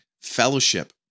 fellowship